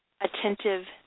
attentive